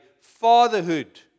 fatherhood